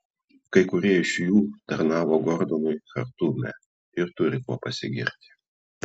kai kurie iš jų tarnavo gordonui chartume ir turi kuo pasigirti